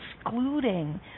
excluding